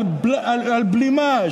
על בלימה,